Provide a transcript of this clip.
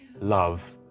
love